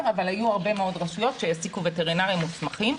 אבל היו הרבה מאוד רשויות שהעסיקו וטרינרים מוסמכים.